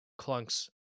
clunks